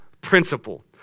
principle